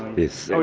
is so